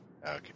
Okay